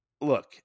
look